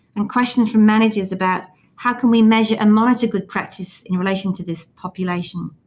and questions from managers about how can we measure and monitor good practice in relation to this population.